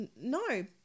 no